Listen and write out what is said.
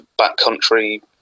backcountry